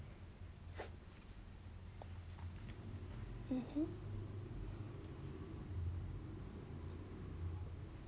mmhmm